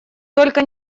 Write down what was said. только